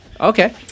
Okay